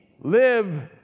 live